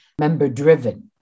member-driven